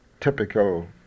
typical